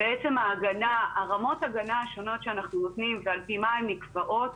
בעצם רמות הגנה השונות שאנחנו נותנים ועל פי מה הן נקבעות